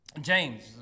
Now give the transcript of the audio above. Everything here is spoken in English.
James